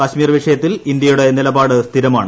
കശ്മീർ വിഷയത്തിൽ ഇന്ത്യയുടെ നിലപാട് സ്ഥിരമാണ്